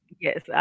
Yes